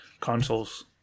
consoles